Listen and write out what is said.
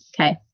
okay